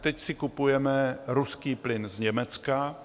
Teď si kupujeme ruský plyn z Německa.